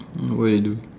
what you do